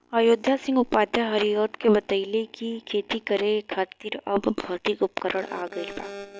अयोध्या सिंह उपाध्याय हरिऔध के बतइले कि खेती करे खातिर अब भौतिक उपकरण आ गइल बा